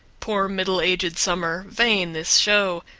poor middle-aged summer! vain this show!